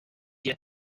一些